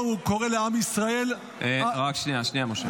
שבהן הוא קורא לעם ישראל --- רק שנייה, משה.